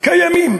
קיימים